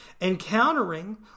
encountering